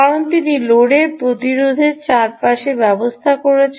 কারণ তিনি লোডের প্রতিরোধের চারপাশে রয়েছেন